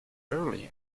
early